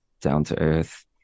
down-to-earth